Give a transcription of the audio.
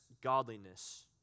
godliness